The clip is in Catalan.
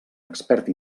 expert